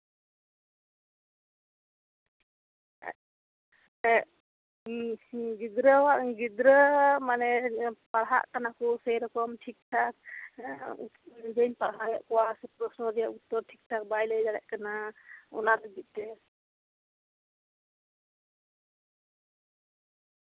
ᱦᱮᱸ ᱜᱤᱫᱽᱨᱟᱹᱣᱟᱜ ᱢᱟᱱᱮ ᱯᱟᱲᱦᱟᱜ ᱠᱟᱱᱟ ᱠᱚ ᱥᱮᱨᱚᱠᱚᱢ ᱴᱷᱤᱠᱼᱴᱷᱟᱠ ᱡᱟᱧ ᱯᱟᱲᱦᱟᱣᱮᱫ ᱠᱚᱣᱟ ᱥᱮ ᱯᱨᱚᱥᱱᱚ ᱨᱮᱭᱟᱜ ᱩᱛᱛᱚᱨ ᱴᱷᱤᱠᱼᱴᱷᱟᱠ ᱵᱟᱭ ᱞᱟᱹᱭ ᱫᱟᱲᱮᱭᱟᱜ ᱠᱟᱱᱟ ᱚᱱᱟ ᱞᱟᱹᱜᱤᱫ ᱛᱮ